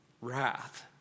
wrath